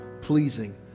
pleasing